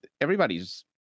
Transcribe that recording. everybody's